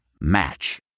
Match